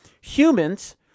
humans